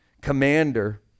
commander